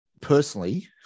personally